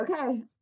Okay